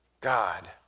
God